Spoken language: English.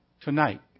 tonight